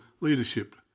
leadership